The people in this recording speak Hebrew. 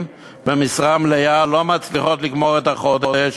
במשרה מלאה לא מצליחות לגמור את החודש